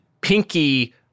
Pinky